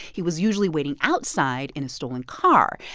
he was usually waiting outside in a stolen car.